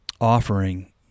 offering